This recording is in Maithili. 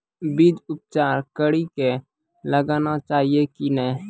बीज उपचार कड़ी कऽ लगाना चाहिए कि नैय?